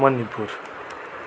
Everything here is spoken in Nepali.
मणिपुर